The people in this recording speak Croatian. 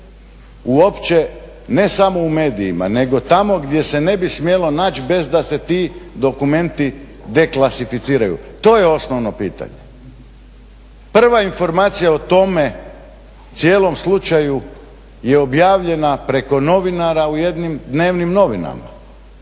uopće ne samo u medijima nego tamo gdje se ne bi smjelo naći bez da se ti dokumenti deklasificiraju. To je osnovno pitanje. Prva informacija o tome cijelom slučaju je objavljena preko novinara u jednim dnevnim novinama.